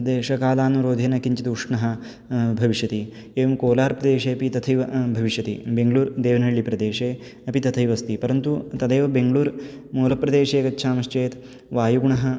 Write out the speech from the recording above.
देशकालानुरोधेन किञ्चित् उष्णः भविष्यति एवं कोलार्प्रदेशे अपि तथैव भविष्यति बेङ्गळूर् देवनहळ्ळिप्रदेशे अपि तथैव अस्ति परन्तु तदेव बेङ्गळूर्मूलप्रदेशे गच्छामश्चेत् वायुगुणः